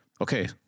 okay